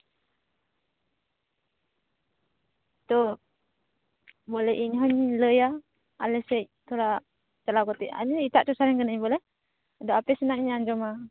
ᱛᱚ ᱵᱚᱞᱮ ᱤᱧ ᱦᱚᱧ ᱞᱟᱹᱭᱟ ᱟᱞᱮ ᱥᱮᱫ ᱛᱷᱚᱲᱟ ᱪᱟᱞᱟᱣ ᱠᱟᱛᱮ ᱤᱧ ᱦᱚᱸ ᱮᱴᱟᱜ ᱴᱚᱴᱷᱟᱨᱮᱱ ᱠᱟᱹᱱᱟᱹᱧ ᱵᱚᱞᱮ ᱟᱫᱚ ᱟᱯᱮ ᱥᱮᱱᱟᱜ ᱤᱧ ᱟᱸᱡᱚᱢᱟ